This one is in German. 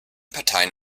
parteien